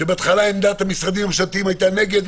כשבהתחלה עמדת המשרדים הממשלתיים הייתה נגד,